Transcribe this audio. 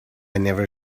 never